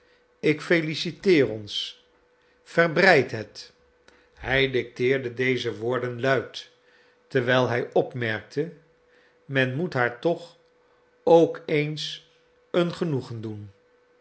ik feliciteer ons verbreid het hij dicteerde deze woorden luid terwijl hij opmerkte men moet haar toch ook eens een genoegen doen